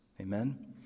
Amen